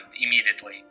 immediately